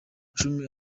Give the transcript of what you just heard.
cumi